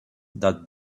that